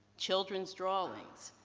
children's drawings,